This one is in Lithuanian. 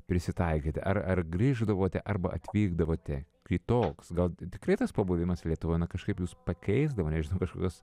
prisitaikyti ar ar grįždavote arba atvykdavote kitoks gal tikrai tas pabuvimas lietuvoje na kažkaip jus pakeisdavo nežinau kažkokios